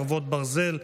חרבות ברזל)